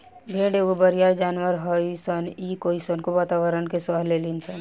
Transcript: भेड़ एगो बरियार जानवर हइसन इ कइसनो वातावारण के सह लेली सन